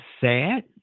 sad